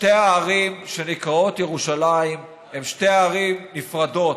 שתי הערים שנקראות ירושלים הן שתי ערים נפרדות.